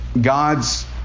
God's